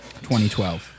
2012